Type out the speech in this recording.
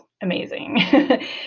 amazing